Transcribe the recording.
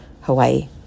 Hawaii